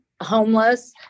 homeless